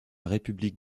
république